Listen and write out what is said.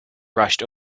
rushed